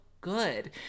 good